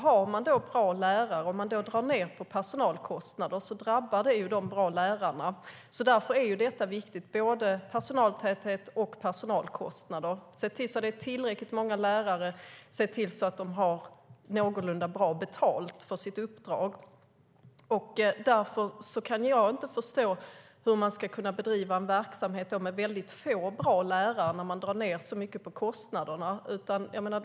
Har man bra lärare och då drar ned på personalkostnaderna drabbar det ju dessa bra lärare, och därför är både personaltäthet och personalkostnader viktigt: Se till att det är tillräckligt många lärare, och se till att de har någorlunda bra betalt för sitt uppdrag. Därför kan jag inte förstå hur man ska kunna bedriva en verksamhet med väldigt få bra lärare när man drar ned så mycket på kostnaderna.